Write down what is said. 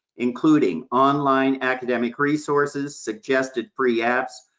including online academic resources, suggested free apps,